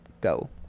go